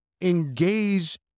engage